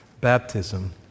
baptism